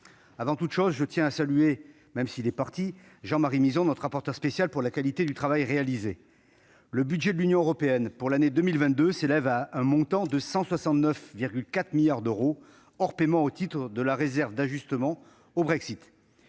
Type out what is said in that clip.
Avant toute chose, je tiens à remercier Jean-Marie Mizzon, notre rapporteur spécial, pour la qualité du travail qu'il a accompli. Le budget de l'Union européenne pour l'année 2022 s'élève à 169,4 milliards d'euros, hors paiements au titre de la réserve d'ajustement au Brexit.